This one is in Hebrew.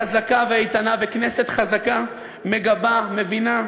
חזקה ואיתנה, וכנסת חזקה, מגבה, מבינה,